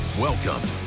Welcome